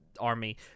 army